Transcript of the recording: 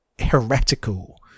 heretical